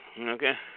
Okay